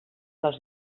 dels